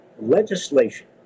legislation